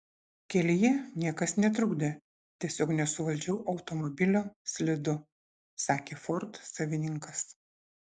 kelyje niekas netrukdė tiesiog nesuvaldžiau automobilio slidu sakė ford savininkas